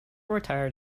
retired